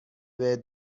بهت